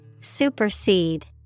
Supersede